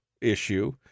issue